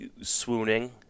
swooning